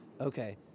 Okay